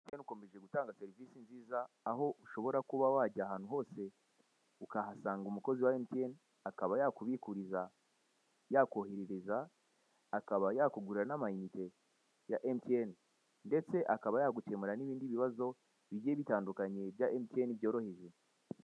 Emutiyeni ikomeje gutanga serivise nziza aho ushobora kuba wajya ahantu hose ukahasanga umukozi wa emutiyeni, akaba yakubikuriza, yakoherereza, akaba yakugurira n'amayinite ya emutiyene ndetse akaba yagukemurira n'ibindi bibazo bigiye bitandukanye bya emutiyeni byoroheje.